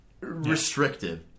Restrictive